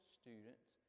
students